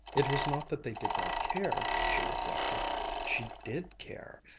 it was not that they did not care, she reflected she did care.